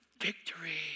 victory